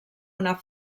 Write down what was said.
una